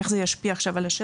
איך זה ישפיע עכשיו על השטח,